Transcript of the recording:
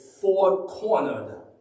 four-cornered